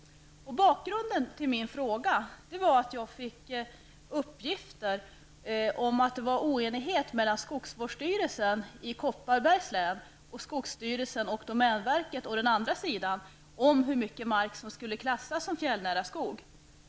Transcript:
Bakgrunden till min fråga var uppgifter om att det var oenighet mellan skogsvårdsstyrelsen i Kopparbergs län å den ena sidan och skogsstyrelsen och domänverket å den andra om hur mycket mark som skulle klassas som fjällnära skog.